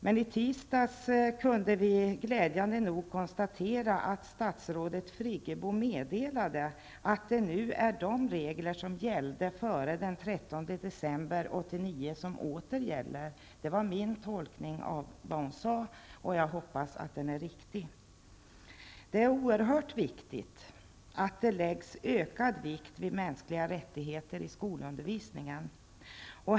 Men i tisdags kunde vi glädjande nog konstatera att statsrådet Friggebo meddelade att det nu är de regler som gällde före den 13 december 1989 som åter gäller. Det var min tolkning av vad hon sade, och jag hoppas att den är riktig. Det är oerhört viktigt att det läggs ökad vikt vid mänskliga rättigheter i skolundervisningen.